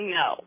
no